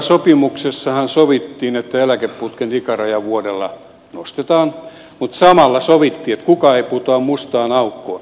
työurasopimuksessahan sovittiin että työttömyysturvaputken ikärajaa vuodella nostetaan mutta samalla sovittiin että kukaan ei putoa mustaan aukkoon